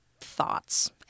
thoughts